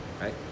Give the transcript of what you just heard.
Right